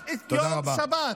רק ביום שבת,